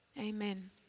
amen